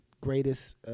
greatest